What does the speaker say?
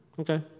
Okay